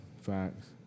Facts